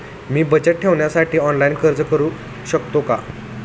मी बचत ठेवीसाठी ऑनलाइन अर्ज करू शकतो का?